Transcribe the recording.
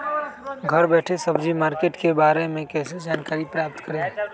घर बैठे सब्जी मार्केट के बारे में कैसे जानकारी प्राप्त करें?